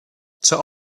zur